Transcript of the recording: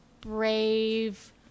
brave